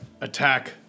attack